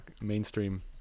mainstream